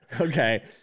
Okay